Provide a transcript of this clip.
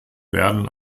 werden